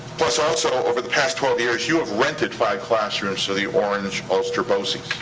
plus also, over the past twelve years, you have rented five classrooms to the orange-ulster boces.